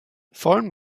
foreign